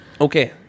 Okay